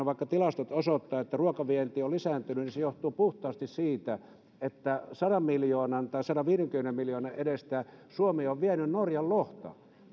vaikka tilastot osoittavat että tänäkin vuonna ruokavienti on lisääntynyt niin se johtuu puhtaasti siitä että sadan miljoonan tai sadanviidenkymmenen miljoonan edestä suomi on vienyt norjan lohta